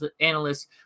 analysts